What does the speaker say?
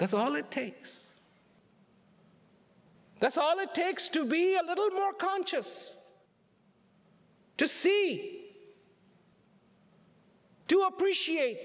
that's all it takes that's all it takes to be a little more conscious to see do appreciate